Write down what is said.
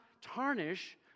tarnish